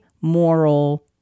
moral